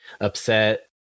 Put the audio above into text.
upset